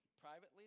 privately